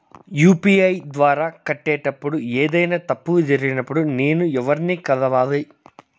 UPI ద్వారా కట్టేటప్పుడు ఏదైనా తప్పులు జరిగినప్పుడు నేను ఎవర్ని కలవాలి?